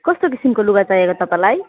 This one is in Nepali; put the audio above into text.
कस्तो किसिमको लुगा चाहिएको तपाईँलाई